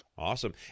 Awesome